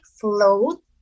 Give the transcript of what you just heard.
float